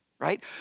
right